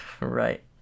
Right